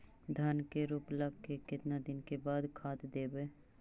धान के रोपला के केतना दिन के बाद खाद देबै?